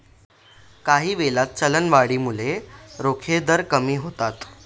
काहीवेळा, चलनवाढीमुळे रोखे दर कमी होतात